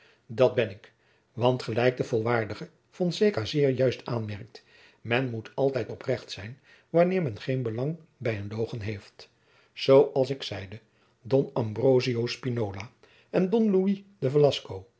dat ben ik want gelijk de waardige fonseca zeer juist aanmerkt men moet altijd oprecht zijn wanneer men geen belang bij een logen heeft zoo als ik zeide don ambrosio spinola en don